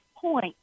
point